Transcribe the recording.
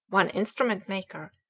one instrument maker,